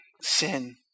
sin